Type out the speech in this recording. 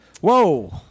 Whoa